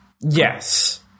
yes